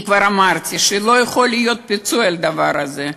אני כבר אמרתי שלא יכול להיות פיצוי על הדבר הזה,